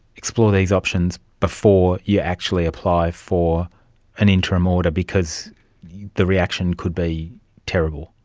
explore these options before you actually apply for an interim order, because the reaction could be terrible.